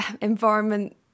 environment